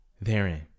Therein